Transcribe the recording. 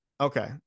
okay